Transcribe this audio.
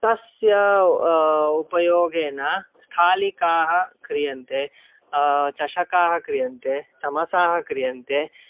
तस्य उपयोगेन स्थालिकाः क्रियन्ते चषकाः क्रियन्ते चमसाः क्रियन्ते